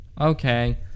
Okay